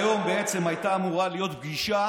היום בעצם הייתה אמורה להיות פגישה